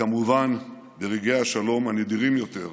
וכמובן ברגעי השלום, הנדירים יותר,